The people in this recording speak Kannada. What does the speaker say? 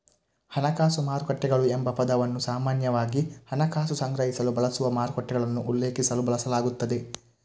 ಹಣಕಾಸು ಮಾರುಕಟ್ಟೆಗಳು ಎಂಬ ಪದವನ್ನು ಸಾಮಾನ್ಯವಾಗಿ ಹಣಕಾಸು ಸಂಗ್ರಹಿಸಲು ಬಳಸುವ ಮಾರುಕಟ್ಟೆಗಳನ್ನು ಉಲ್ಲೇಖಿಸಲು ಬಳಸಲಾಗುತ್ತದೆ